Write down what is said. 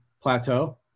plateau